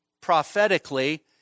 prophetically